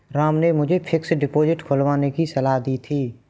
राम ने मुझे fixed deposit खुलवाने की सलाह दी थी